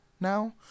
now